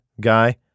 guy